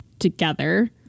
together